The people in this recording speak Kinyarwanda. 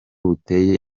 buteye